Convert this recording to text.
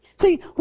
See